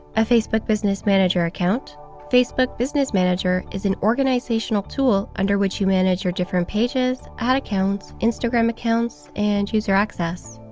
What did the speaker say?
a facebook business manager account facebook business manager is an organizational tool under which you manage your different pages, ad accounts, instagram accounts and user access